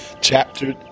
Chapter